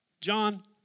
John